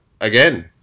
again